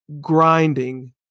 grinding